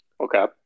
okay